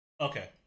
Okay